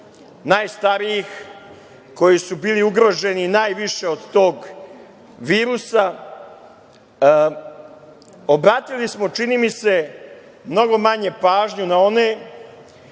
najstarijih koji su bili ugroženi najviše od tog virusa. Obratili smo, čini mi se mnogo manje pažnje na one